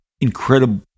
incredible